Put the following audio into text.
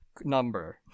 Number